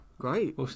Great